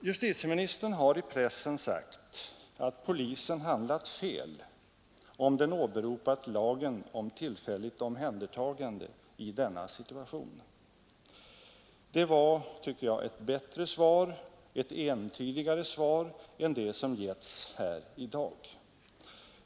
Justitieministern har i pressen sagt att polisen handlat fel, om den åberopat lagen om tillfälligt omhändertagande i denna situation. Det var, tycker jag, ett bättre och entydigare svar än det som lämnats här i dag.